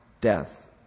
death